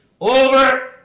over